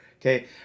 Okay